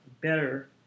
better